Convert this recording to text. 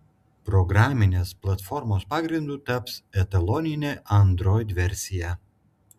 programinės platformos pagrindu taps etaloninė android versija